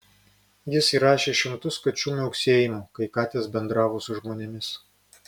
jis įrašė šimtus kačių miauksėjimų kai katės bendravo su žmonėmis